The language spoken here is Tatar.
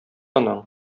анаң